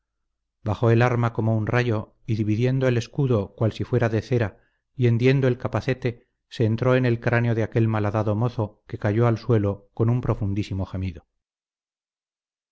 bajó el arma como un rayo y dividiendo el escudo cual si fuera de cera y hendiendo el capacete se entró en el cráneo de aquel malhadado mozo que cayó al suelo con un profundísimo gemido